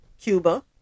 Cuba